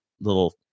little